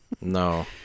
no